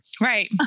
Right